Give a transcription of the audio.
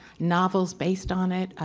novels based on it.